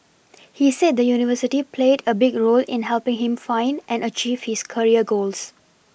he said the university played a big role in helPing him find and achieve his career goals